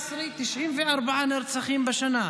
2019, 94 נרצחים בשנה,